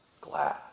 glad